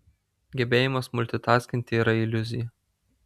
gebėjimas multitaskinti yra iliuzija